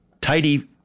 tidy